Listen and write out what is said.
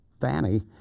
fanny